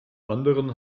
anderen